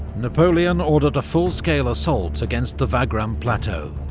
napoleon ordered a full-scale assault against the wagram plateau.